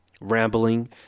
rambling